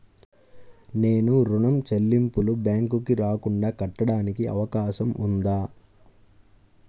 నేను ఋణం చెల్లింపులు బ్యాంకుకి రాకుండా కట్టడానికి అవకాశం ఉందా?